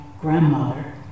grandmother